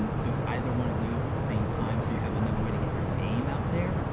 um so either one of those at the same time so you have another way to get your name out there.